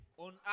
On